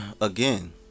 again